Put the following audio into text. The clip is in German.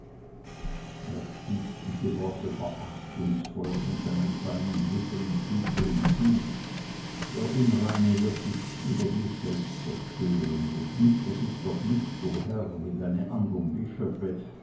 er stieß diese worte verachtungsvoll von seinen feinen lippen und fügte hinzu der unreine wird sich überdies selbst zerstören begnügt er sich doch nicht o herr wie deine anderen bischöfe